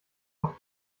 auf